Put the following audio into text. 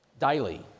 daily